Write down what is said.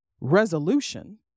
resolution